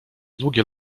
długie